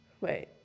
wait